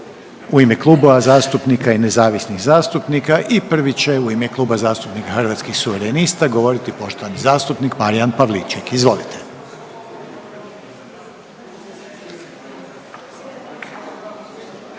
Hvala lijepa. Sada otvaram raspravu i prvi će u ime Kluba zastupnika Hrvatskih suverenista govoriti poštovani zastupnik Marijan Pavliček. Izvolite.